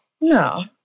No